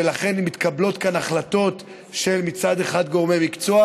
ולכן מתקבלות כאן החלטות של גורמי מקצוע,